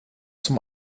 zum